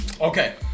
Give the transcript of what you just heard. Okay